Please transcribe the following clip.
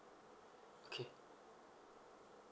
okay